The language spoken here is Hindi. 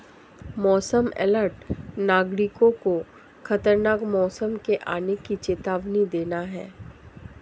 मौसम अलर्ट नागरिकों को खतरनाक मौसम के आने की चेतावनी देना है